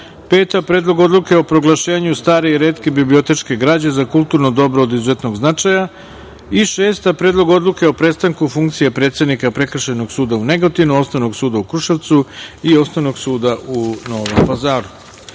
– Predlog odluke o proglašenju stare i retke bibliotečke građe za kulturno dobro od izuzetnog značaja i šesta tačka – Predlog odluke o prestanku funkcije predsednika Prekršajnog suda u Negotinu, Osnovnog suda u Kruševcu i Osnovnog suda u Novom